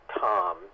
Tom